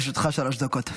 לרשותך שלוש דקות.